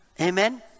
Amen